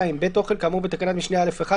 בית אוכל כאמור בתקנת משנה (א)(1),